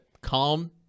calm